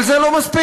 אבל זה לא מספיק.